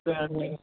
bag అది